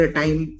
time